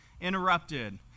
Interrupted